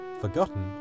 forgotten